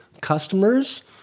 customers